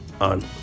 on